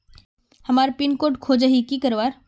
हमार pin code खोजोही की करवार?